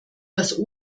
das